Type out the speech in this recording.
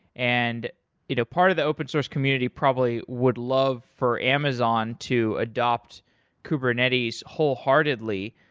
and you know part of the open-source community probably would love for amazon to adopt kubernetes wholeheartedly,